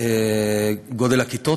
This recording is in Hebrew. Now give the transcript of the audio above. גודל הכיתות,